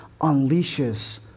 unleashes